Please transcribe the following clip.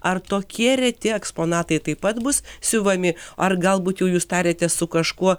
ar tokie reti eksponatai taip pat bus siuvami ar galbūt jau jūs tariatės su kažkuo